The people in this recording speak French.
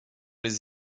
les